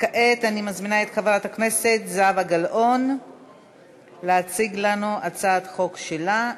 כעת אני מזמינה את חברת הכנסת זהבה גלאון להציג לנו את הצעת החוק שלה.